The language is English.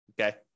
okay